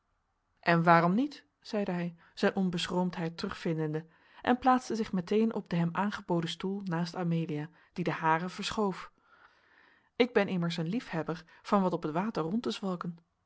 en waarom niet zeide hij zijn onbeschroomdheid terugvindende en plaatste zich meteen op den hem aangeboden stoel naast amelia die den haren verschoof ik ben immers een liefhebber van op het water rond te zwalken